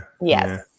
yes